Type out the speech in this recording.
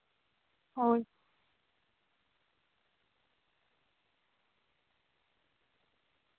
ᱦᱮᱸ